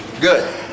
Good